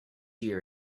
year